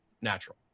natural